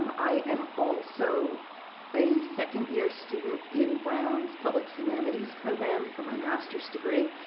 i am also a second year student in brown's public humanities program for my master's degree,